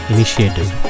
Initiative